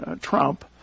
Trump